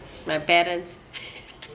my parents